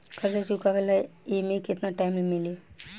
कर्जा चुकावे ला एमे केतना टाइम मिली?